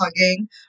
hugging